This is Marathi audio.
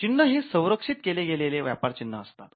चिन्ह हे संरक्षित केले गेलेले व्यापार चिन्ह असतात